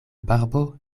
barbo